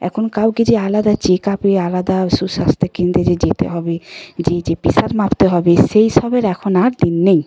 এখন কাউকে যে আলাদা চেকআপে আলাদা সুস্বাস্থ্যে কেন্দ্রে যে যেতে হবে যেয়ে যে প্রেসার মাপতে হবে সেই সবের এখন আর দিন নেই